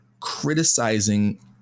Criticizing